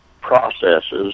processes